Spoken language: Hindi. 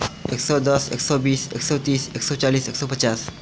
एक सौ दस एक सौ बीस एक सौ तीस एक सौ चालिस एक सौ पचास